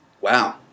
Wow